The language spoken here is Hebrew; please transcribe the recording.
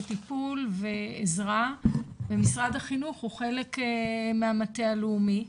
טיפול ועזרה ומשרד החינוך הוא חלק מהמטה הלאומי,